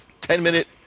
ten-minute